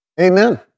Amen